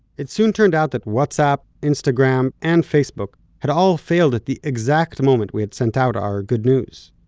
it soon turned out that whatsapp, instagram and facebook had all failed at the exact moment we had sent out our good news.